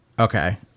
Okay